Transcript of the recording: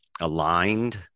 aligned